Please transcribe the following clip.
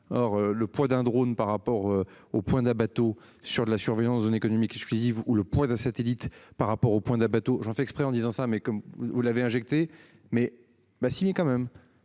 Or le poids d'un drone par rapport au point d'un bateau sur la surveillance d'une économie je cuisine ou le point. Un satellite par rapport au point d'un bateau, j'en fais exprès en disant ça mais comme vous l'avez injectée mais ben si mais quand même.